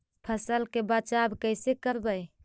फसल के बचाब कैसे करबय?